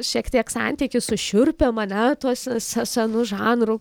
šiek tiek santykis su šiurpėm ane tuo se se senu žanru